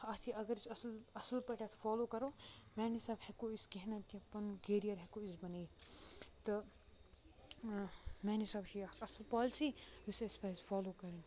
اَتھ یہِ اَگر اَصٕل اصٕل پٲٹھۍ یَتھ فالو کَرو میانہِ حِسابہٕ ہٮ۪کو أسۍ کیٚنٛہہ نتہٕ کیٚنٛہہ پَنُن کیریر ہٮ۪کو بَنٲیِتھ تہٕ میانہِ حِسابہٕ چھِ یہِ اکھ اَصٕل پولسی یُس اَسہِ پَزِ فالو کَرٕنۍ